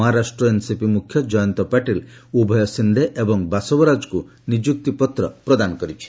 Maharashtra NCP ମୁଖ୍ୟ କୟନ୍ତ ପାଟିଲ ଉଭୟ ସିନ୍ଦେ ଏବଂ ବାସବରାଜଙ୍କୁ ନିଯୁକ୍ତିପତ୍ର ପ୍ରଦାନ କରିଛନ୍ତି